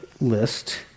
list